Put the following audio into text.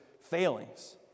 failings